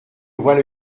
voilà